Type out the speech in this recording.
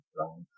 long